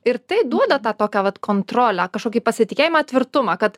ir tai duoda tą tokią vat kontrolę kažkokį pasitikėjimą tvirtumą kad